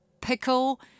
pickle